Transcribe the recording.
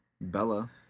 Bella